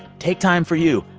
take time for you.